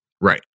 Right